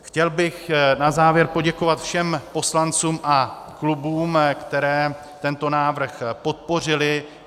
Chtěl bych na závěr poděkovat všem poslancům a klubům, které tento návrh podpořily.